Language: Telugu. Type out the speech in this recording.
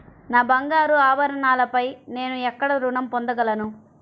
నా బంగారు ఆభరణాలపై నేను ఎక్కడ రుణం పొందగలను?